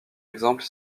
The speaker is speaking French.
exemple